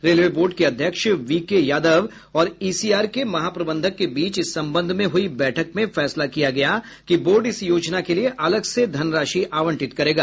railway board के अध्यक्ष V K Yadav और ई सी आर के महाप्रबंधक के बीच इस संबंध में हुई बैठक में फैसला किया गया कि बोर्ड इस योजना के लिए अलग से धनराशि आवंटित करेगा